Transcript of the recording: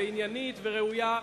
עניינית וראויה,